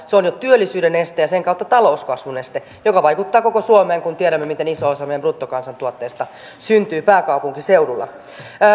se on jo työllisyyden este ja sen kautta talouskasvun este joka vaikuttaa koko suomeen kun tiedämme miten iso osa meidän bruttokansantuotteesta syntyy pääkaupunkiseudulla